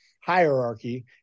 hierarchy